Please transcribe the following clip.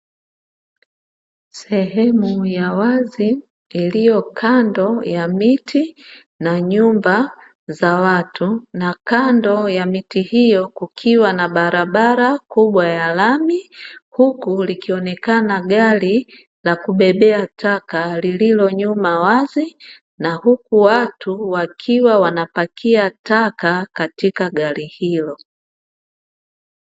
Sehemu ya wazi iliyo kando ya miti na nyumba za watu. Na kando ya miti hiyo kukiwa na barabara kubwa ya lami, huku likionekana gari la kubebea taka lilio nyuma wazi, na huku watu wakiwa wanapakia taka katika gari hilo.